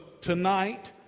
tonight